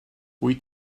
wyt